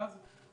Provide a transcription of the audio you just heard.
למרכז?